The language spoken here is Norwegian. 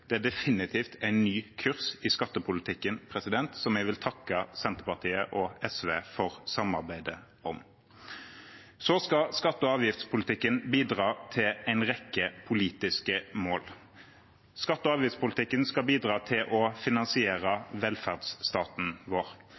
Det er definitivt en ny kurs i skattepolitikken, som jeg vil takke Senterpartiet og SV for samarbeidet om. Skatte- og avgiftspolitikken skal bidra til en rekke politiske mål. Skatte- og avgiftspolitikken skal bidra til å finansiere velferdsstaten vår.